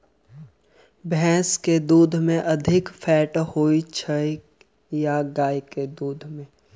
भैंस केँ दुध मे अधिक फैट होइ छैय या गाय केँ दुध में?